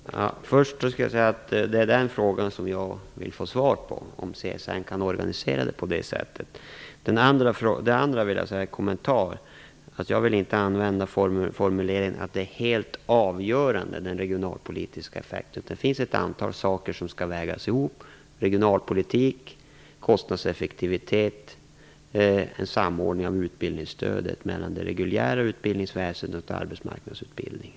Fru talman! Först skall jag säga att det är genom översynen vi får svar på frågan om CSN kan organisera administrationen på det sättet. Sedan vill jag göra en kommentar. Jag vill inte använda formuleringen att den regionalpolitiska effekten är helt avgörande. Det finns ett antal saker som skall vägas ihop: regionalpolitik, kostnadseffektivitet, en samordning av utbildningsstödet mellan det reguljära utbildningsväsendet och arbetsmarknadsutbildningen.